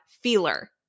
feeler